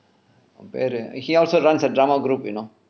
அவன் பெயரு:avan peyaru he also runs a drama group you know